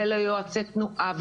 ליועצי תנועה,